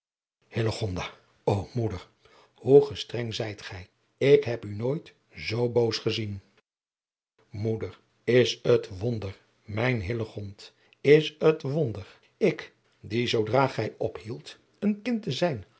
ô moeder hoe gestreng zijt gij ik heb u nooit zoo boos gezien moeder is het wonder mijn hillegond is het wonder ik die zoodra gij ophieldt een kind te zijn